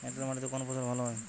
এঁটেল মাটিতে কোন ফসল ভালো হয়?